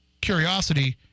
curiosity